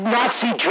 Nazi